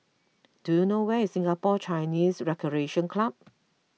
do you know where is Singapore Chinese Recreation Club